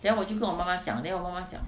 then 我就跟我妈妈讲 then 我妈妈讲